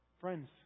Friends